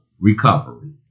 recovery